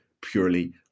purely